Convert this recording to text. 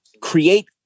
create